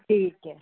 ठीक है